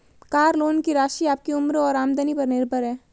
car loan की राशि आपकी उम्र और आमदनी पर निर्भर है